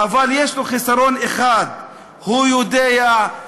/ אבל יש לו חיסרון אחד: / הוא יודע לחשוב".